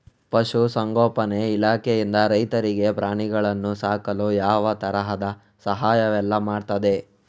ಪಶುಸಂಗೋಪನೆ ಇಲಾಖೆಯಿಂದ ರೈತರಿಗೆ ಪ್ರಾಣಿಗಳನ್ನು ಸಾಕಲು ಯಾವ ತರದ ಸಹಾಯವೆಲ್ಲ ಮಾಡ್ತದೆ?